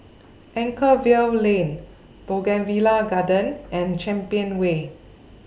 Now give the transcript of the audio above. Anchorvale Lane Bougainvillea Garden and Champion Way